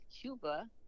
Cuba